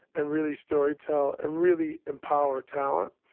and really story tell and really empower talent.